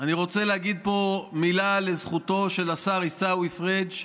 אני רוצה להגיד מילה לזכותו של השר עיסאווי פריג',